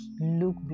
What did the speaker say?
look